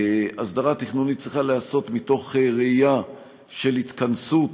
הסדרה תכנונית צריכה להיעשות מתוך ראייה של התכנסות